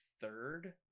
third